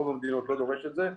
רוב המדינות לא דורשות את זה.